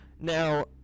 Now